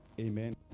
Amen